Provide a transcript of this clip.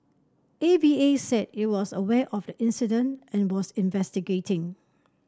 A V A said it was aware of the incident and was investigating